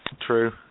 true